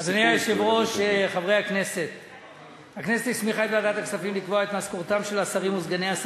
יהיו לך הרבה נושאים לחתוך מהם קופונים.